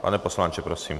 Pane poslanče, prosím.